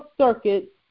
Circuit